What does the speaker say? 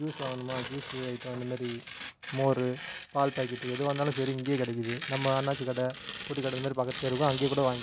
juice வாங்கணுமா juice item இந்த மாரி மோர் பால் பாக்கெட்டு எதுவாக இருந்தாலும் சரி இங்கேயே கிடைக்கிது நம்ம அண்ணாச்சிக் கடை பொட்டிக்கடை இந்த மாரி பக்கத்து தெரு இருக்கும் அங்கேயேக்கூட வாங்கிக்கலாம்